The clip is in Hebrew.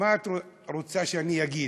מה את רוצה שאני אגיד?